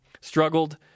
Struggled